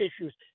issues